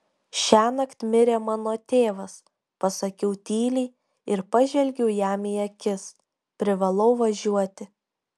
šiąnakt mirė mano tėvas pasakiau tyliai ir pažvelgiau jam į akis privalau važiuoti